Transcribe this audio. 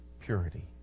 purity